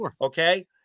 okay